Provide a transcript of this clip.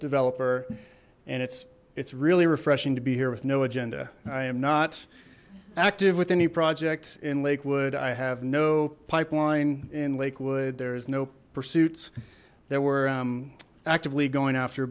developer and it's it's really refreshing to be here with no agenda i am not active with any project in lakewood i have no pipeline in lakewood there is no pursuits that were actively going after